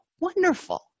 wonderful